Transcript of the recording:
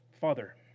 Father